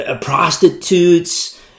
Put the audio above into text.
prostitutes